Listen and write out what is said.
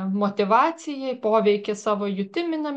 motyvacijai poveikį savo jutiminiam